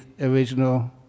original